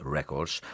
Records